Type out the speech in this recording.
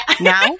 Now